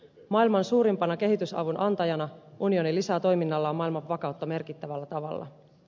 maailman suurimpana kehitysavun antajana unioni lisää toiminnallaan maailman vakautta merkittävällä tavalla